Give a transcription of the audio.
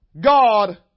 God